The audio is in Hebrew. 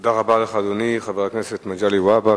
תודה רבה לך, אדוני חבר הכנסת מגלי והבה.